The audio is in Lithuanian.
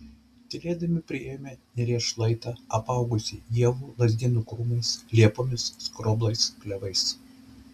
tylėdami priėjome neries šlaitą apaugusį ievų lazdynų krūmais liepomis skroblais klevais